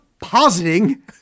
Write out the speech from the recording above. positing